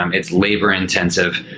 um it's labor-intensive.